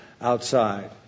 outside